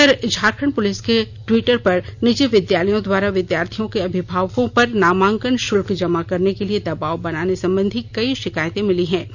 इधर झारखंड पुलिस के टिवटर पर निजी विद्यालयों द्वारा विद्यार्थियों के अभिभावकों पर नामांकन शल्क जमा करने के लिए दबाव बनाने संबंधी कई शिकायतें मिली है